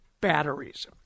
batteries